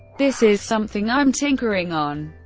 this is something i'm tinkering on'.